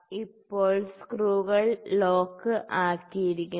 ഇപ്പോൾ സ്ക്രൂകൾ ലോക്ക് ആയിരിക്കുന്നു